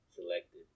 selected